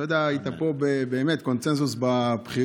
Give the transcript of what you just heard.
אתה יודע, היית פה באמת קונסנזוס בבחירה.